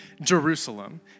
Jerusalem